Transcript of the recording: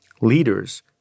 leaders